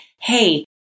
hey